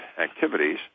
activities